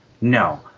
No